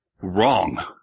Wrong